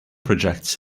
projects